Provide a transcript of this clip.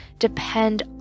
Depend